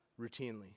routinely